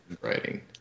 writing